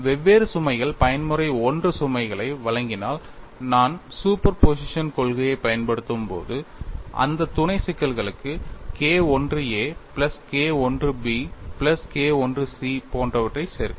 வெவ்வேறு சுமைகள் பயன்முறை 1 சுமைகளை வழங்கினால் நான் சூப்பர் போசிஷன் கொள்கையைப் பயன்படுத்தும் போது அந்த துணை சிக்கல்களுக்கு K I a plus K I b plus K I c போன்றவற்றைச் சேர்க்கலாம்